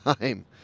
time